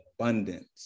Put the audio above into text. abundance